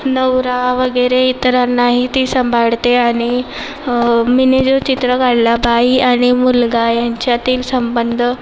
नवरा वगैरे इतरांनाही ती सांभाळते आणि मी जे चित्र काढलं बाई आणि मुलगा यांच्यातील संबंध